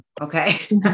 Okay